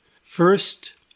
First